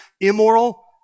immoral